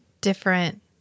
different